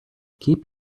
keep